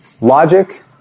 logic